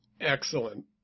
excellent